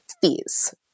fees